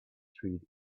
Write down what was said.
street